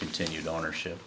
continued ownership